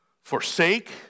Forsake